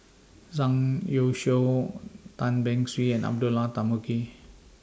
Zhang Youshuo Tan Beng Swee and Abdullah Tarmugi